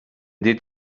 dit